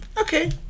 okay